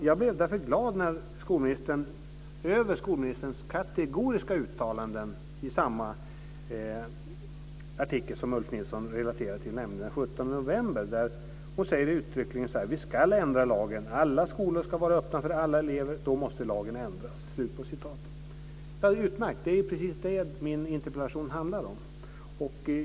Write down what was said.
Jag blev därför glad över skolministerns kategoriska uttalanden i samma artikel som Ulf november. Där säger ministern uttryckligen: Vi ska ändra lagen. Alla skolor ska vara öppna för alla elever. Då måste lagen ändras. Det är utmärkt! Det är precis det som min interpellation handlar om.